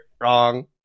wrong